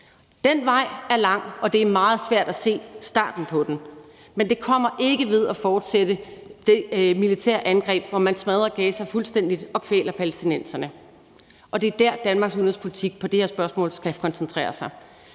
Den vej er lang, og det er meget svært at se starten på den, men det kommer ikke ved at fortsætte det militære angreb, hvor man smadrer Gaza fuldstændig og kvæler palæstinenserne. Og det er det, Danmarks udenrigspolitik i det her spørgsmål skal koncentrere sig